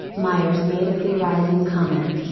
myers made a theorizing comment,